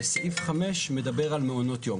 סעיף 5 מדבר על מעונות יום.